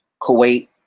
Kuwait